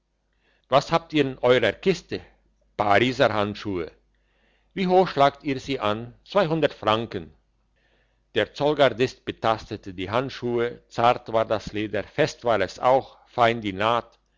was habt ihr in eurer kiste pariser handschuhe wie hoch schlagt ihr sie an zweihundert franken der zollgardist betastete die handschuhe zart war das leder fest war es auch fein die naht